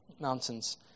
mountains